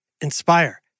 Inspire